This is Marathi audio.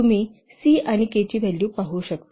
तुम्ही 'c' आणि 'k' ची व्हॅल्यू पाहू शकता